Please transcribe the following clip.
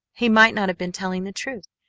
he might not have been telling the truth.